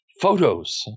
photos